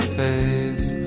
face